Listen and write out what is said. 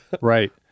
Right